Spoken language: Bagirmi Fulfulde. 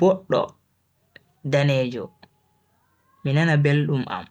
boddo danejo mi nana beldum am.